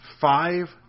five